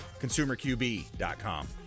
consumerqb.com